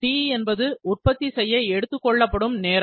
T என்பது உற்பத்தி செய்ய எடுத்துக் கொள்ளப்படும் நேரம்